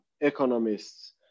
economists